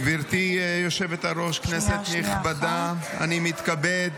גברתי היושבת-ראש, כנסת נכבדה, אני מתכבד